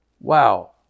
Wow